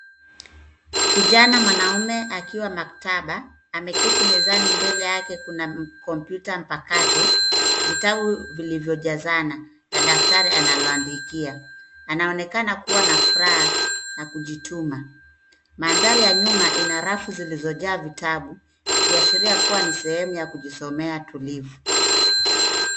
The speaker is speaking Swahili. Kijana mwanaume akiwa maktaba ameketi mezani mbele yake kuna kompyuta mpakato, vitabu vilivyojazana na daftari analoandikia anaonekana kuwa na furaha na kujituma ,mandhari ya nyuma ina rafu zilizojaa vitabu ikiashiria kuwa ni sehemu ya kujisomea tulivu.